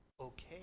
okay